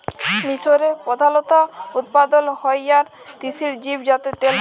মিসরে প্রধালত উৎপাদল হ্য়ওয়া তিসির বীজ যাতে তেল হ্যয়